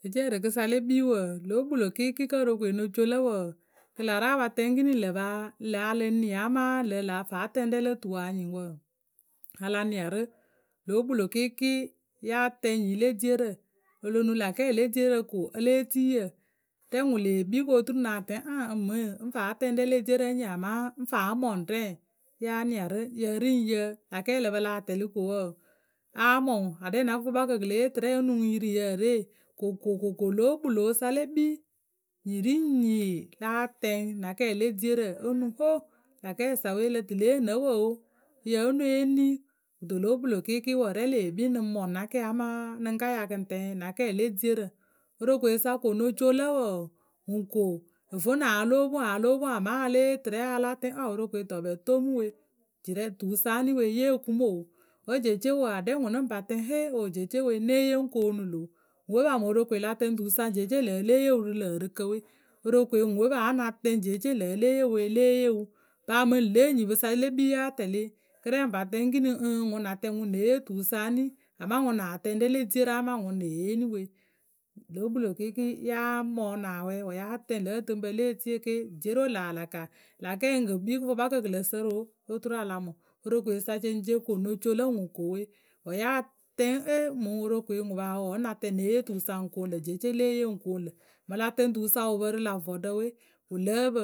Jeece ǝrɨkɨ sa le kpii wǝǝ loh kpǝlo kɩɩkɩɩ kǝ́ worokoe ŋ no co lǝ wǝǝ kɨ lǝ̂ rɛ a pa tɛŋ ikiniŋ ŋ lǝ̂ paa ŋlǝ̂ paa la lǝŋ nia amaa ŋlǝ̈ laa a faa tɛŋ rɛ lo tuwǝ lǝ anyɩŋ wǝǝ a la nia rǝ. Lǒ kpǝlo kɩɩkɩɩ ya tɛŋ nyi le dierǝ o lo nuŋ lâ kɛɛ le dierǝ ko e lée tii yǝ rɛ ŋwǝ lee kpii ko turu ŋ nah tɛŋ aŋ ŋmǝ ŋ́ faa tɛŋ rɛ le dierǝ ŋ́ nyɩŋ amaa ŋ faa mɔŋ rɛ yáa nia rǝ yǝ ri ŋ yǝ lä kɛɛ lǝ pǝ lah tɛlɩ ko wǝǝ a mɔŋ ŋwǝ aɖɛ na kɨfʊkpakǝ kɨ le yee tɨrɛ a mɔŋ onuŋ yɩrɩ yǝ re kokoko lǒ kpǝlo sa le kpii nyi ri ŋ nyi láa tɛŋ na kɛɛ le dierǝ onuŋ ho lâ kɛɛyǝ sa we lǝ tɨ le yee nǝ wǝ o yǝ ǝ onuŋ eni kɨto lǒ kpǝlo kɩɩkɩɩ wǝǝ rɛ lee kpii ŋ nǝŋ mɔŋ na kɛɛ amaa ŋ nǝŋ ka ya kɨ ŋ tɛŋ na kɛɛ le dierǝ. Worokoeyǝsa ko ŋ noco lǝ̈ wǝǝ ŋwǝ ko ovonuŋ a ya lóo pwo ŋwǝ a ya lóo pwo ŋwǝ amaa a lée yee tɨrɛ wǝ́ a láa tɛŋ ao worokoe dɔɔkpɛ toŋ mǝ we jirɛ tusa eni we yee o ku mǝ o wǝ́ jeece wǝǝ aɖɛ ŋwǝ ŋ naa pa tɛŋ he o jeece we ŋ́ née yee ŋ́ koonu lǝ̈ o. We paa mǝŋ worokoe la tɛŋ ŋ tuwǝsa jeece ŋlǝ̂ e lée yee wǝ rǝ lǝ̈ ɛrɨkǝ we we, worokoe ŋwǝ we paa wǝ́ ŋ na tɛŋ jeece ŋlǝ̈ e lée yee wǝ we paa e lée yee wǝ. Paa mǝŋ ŋle nyipǝ sa le kpii ya tɛlɩ kɨ rɛ ŋ pa tɛŋ ekǝnǝŋ ǝŋ ŋwǝ née yee tuwǝ sa eni amaa ŋwǝ naa tɛŋ rɛ le dierǝ amaa ŋwǝ nee yee eni we, loh kpǝlo kɩɩkɩɩ nya mɔɔnʊ awɛ wǝ́ ya tɛŋ lǝ̌ ǝtɨŋpǝ le etie ke dierǝ we laa la ka lä kɛɛ ŋ keckpii kɨfʊkpakǝ kɨ lǝ sǝrǝ o oturu a la mɔŋ. Worokoeyǝ sa ceŋceŋ ko ŋ no co lǝ ŋwǝ ko we wǝ́ ya tɛŋ e mǝŋ worokoe ŋwǝ paa wǝǝ wǝ́ ŋ na tɛŋ ŋ née yee tuwǝsa ŋ koonu lǝ̈ jeece lée yee ŋ koonu lǝ̈. Mǝŋ la tɛŋ tuwǝ sa wǝ pǝ rǝ lä vɔɖǝ we, wǝ lǝ́ǝ pǝ.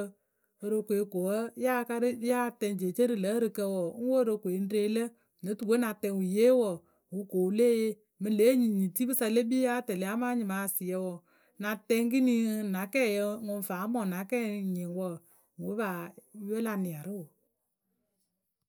Worokoe ko wǝ́ ya kare, ya tɛŋ jeece rǝ lǝ̌ ǝrɨkǝ wǝǝ ŋ worokoe ŋ re lǝ, no tuwe ŋ na tɛŋ wǝ yee wǝǝ wǝ ko wǝ lée yee. Mǝŋ lě enyitipǝ sa le kpii ya tɛlɛ amaa nyɩmaasɩyǝ wǝǝ, na tɛŋ kini na kɛɛyɛ ŋwǝ faa mɔŋ na kɛɛ nyɩŋ wǝǝ we paa ye la nia rǝ o.